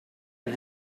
een